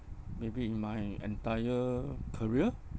maybe in my entire career